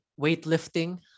Weightlifting